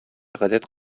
гадәт